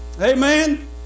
Amen